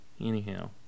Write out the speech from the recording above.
Anyhow